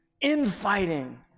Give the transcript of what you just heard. infighting